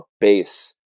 base